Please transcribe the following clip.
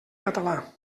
català